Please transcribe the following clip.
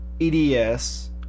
EDS